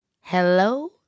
Hello